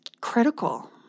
critical